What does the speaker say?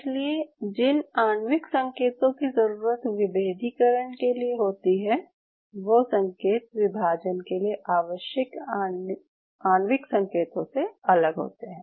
इसलिए जिन आणविक संकेतों की ज़रूरत विभेदीकरण के लिए होती है वो संकेत विभाजन के लिए आवश्यक आणविक संकेतों से अलग होते हैं